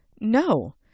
No